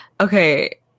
okay